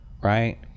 Right